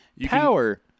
Power